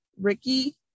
ricky